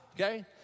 okay